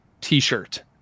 t-shirt